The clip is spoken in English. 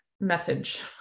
message